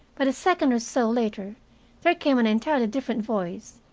but a second or so later there came an entirely different voice,